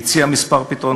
הוא הציע כמה פתרונות,